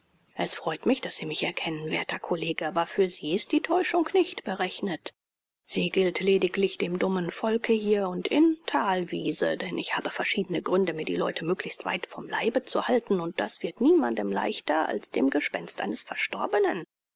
es freut mich daß sie mich erkennen werther college aber für sie ist die täuschung nicht berechnet sie gilt lediglich dem dummen volke hier und in thalwiese denn ich habe verschiedene gründe mir die leute möglichst weit vom leibe zu halten und das wird niemandem leichter als dem gespenst eines verstorbenen